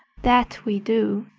that we do!